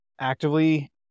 actively